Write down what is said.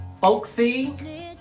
Folksy